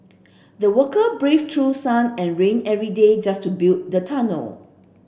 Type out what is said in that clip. the worker braved through sun and rain every day just to build the tunnel